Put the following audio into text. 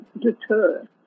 deter